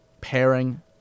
pairing